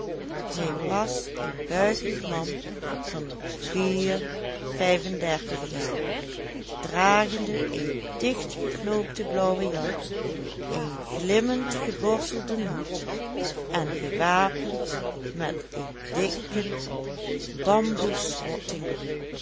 hij was een buikig man van vier vijfendertig jaar dragende een dichtgeknoopte blauwe jas een glimmend geborstelden hoed en gewapend met een dikken bamboesrotting